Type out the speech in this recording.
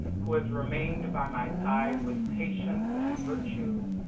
who has remained by my side with patience and virtue,